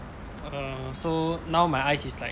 err so now my eyes is like